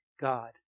God